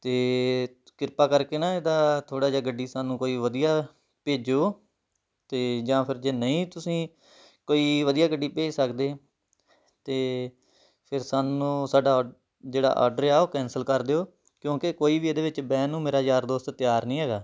ਤਾਂ ਕਿਰਪਾ ਕਰਕੇ ਨਾ ਇਹਦਾ ਥੋੜ੍ਹਾ ਜਿਹਾ ਗੱਡੀ ਸਾਨੂੰ ਕੋਈ ਵਧੀਆ ਭੇਜੋ ਅਤੇ ਜਾਂ ਫਿਰ ਜੇ ਨਹੀਂ ਤੁਸੀਂ ਕੋਈ ਵਧੀਆ ਗੱਡੀ ਭੇਜ ਸਕਦੇ ਤਾਂ ਫਿਰ ਸਾਨੂੰ ਸਾਡਾ ਜਿਹੜਾ ਆਰਡਰ ਆ ਉਹ ਕੈਂਸਲ ਕਰ ਦਿਓ ਕਿਉਂਕਿ ਕੋਈ ਵੀ ਇਹਦੇ ਵਿੱਚ ਬਹਿਣ ਨੂੰ ਮੇਰਾ ਯਾਰ ਦੋਸਤ ਤਿਆਰ ਨਹੀਂ ਹੈਗਾ